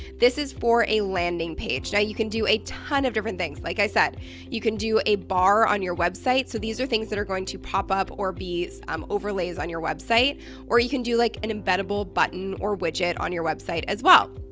this is for a landing page. now you can do a ton of different things, like i said you can do a bar on your website so these are things that are going to pop up or be um overlays on your website or you can do like an embeddable button or widget on your website as well.